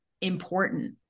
important